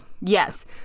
yes